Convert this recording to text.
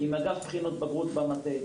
עם אגף בחינות בגרות במטה,